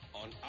on